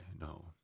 No